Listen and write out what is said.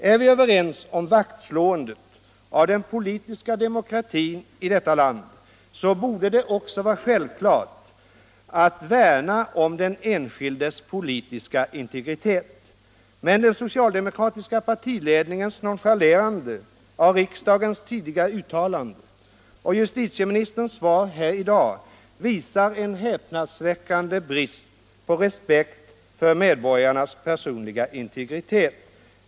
Är vi överens om vaktslåendet av den politiska demokratin i detta land, så borde det också vara självklart att värna om den enskildes politiska integritet. Men den socialdemokratiska partiledningens nonchalerande av riksdagens tidigare uttalande och justitieministerns svar här i dag visar en häpnadsväckande brist på respekt för medborgarnas personliga integritet.